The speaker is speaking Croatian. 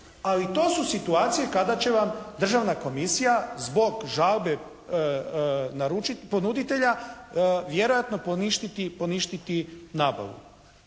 Ali to su situacije kada će vam Državna komisija zbog žalbe ponuditelja vjerojatno poništiti nabavu.